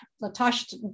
Natasha